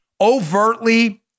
overtly